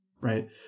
right